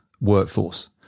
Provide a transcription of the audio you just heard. workforce